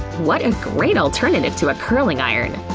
what a great alternative to a curling iron.